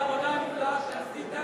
על העבודה הגדולה שעשית,